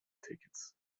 tickets